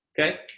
okay